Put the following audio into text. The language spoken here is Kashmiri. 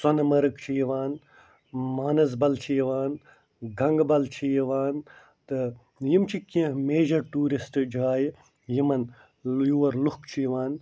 سۄنہٕ مرٕگ چھِ یِوان مانسبل چھِ یِوان گنٛگبل چھِ یِوان تہٕ یِم چھِ کیٚنٛہہ میٚجر ٹوٗرسٹ جایہِ یِمن یور لُکھ چھِ یِوان